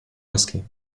whisky